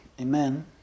Amen